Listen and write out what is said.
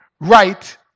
right